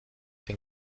den